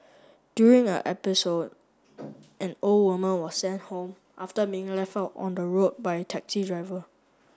during a episode an old woman were sent home after being left out on the road by a taxi driver